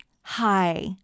hi